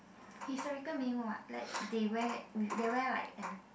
historical meaning what like they wear they wear like an